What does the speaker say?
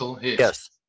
Yes